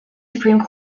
supreme